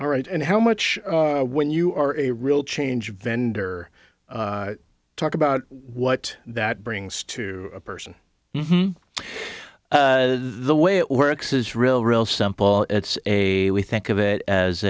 all right and how much when you are a real change vendor talk about what that brings to a person the way it works is real real simple it's a we think of it as